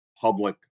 public